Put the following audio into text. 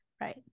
Right